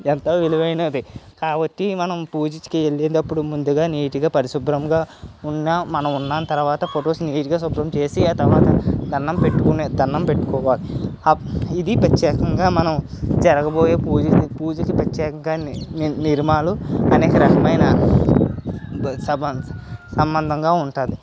ఎంతో విలువైనది కాబట్టి మనం పూజకి వెళ్ళేటప్పుడు ముందుగా నీట్గా పరిశుభ్రంగా ఉన్న మనం ఉన్న తరువాత ఫొటోస్ని నీట్గా శుభ్రంగా చేసి ఆ తరువాత దండం పెట్టుకొని దండం పెట్టుకోవాలి అప్ ఇది ప్రత్యేకంగా మనం జరగబోయే పూజకి ప్రత్యేకంగా నిర్ణయాలు అనేకరకమైన సబ సంబంధంగా ఉంటుంది